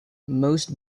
most